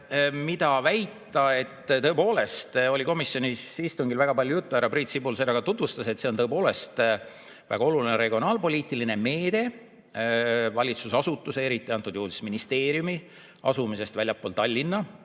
veel väita? Tõepoolest oli komisjoni istungil väga palju juttu sellest – härra Priit Sibul seda ka tutvustas –, et see on tõepoolest väga oluline regionaalpoliitiline meede, valitsusasutuse, eriti ministeeriumi asumine väljaspool Tallinna.